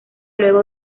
luego